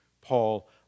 Paul